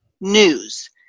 news